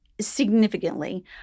Significantly